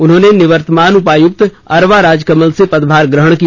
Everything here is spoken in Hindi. उन्होंने निवर्तमान उपायुक्त अरवा राजकमल से पदभार ग्रहण किया